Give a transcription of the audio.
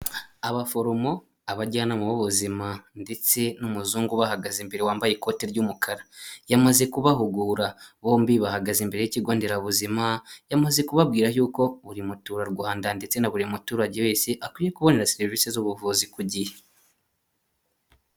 Abaforomo abajyanama b'ubuzima ndetse n'umuzungu bahagaze imbere wambaye ikoti ry'umukara, yamaze kubahugura bombi bahagaze imbere y'ikigo nderabuzima, yamaze kubabwira yuko buri muturarwanda ndetse na buri muturage wese akwiye kubonera serivisi z'ubuvuzi ku gihe.